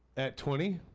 at twenty.